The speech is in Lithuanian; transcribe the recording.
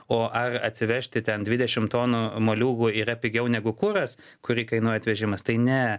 o atsivežti ten dvidešimt tonų moliūgų yra pigiau negu kuras įkainuoja atvežimas tai ne